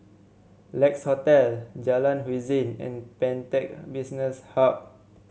Lex Hotel Jalan Hussein and Pantech Business Hub